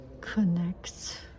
connects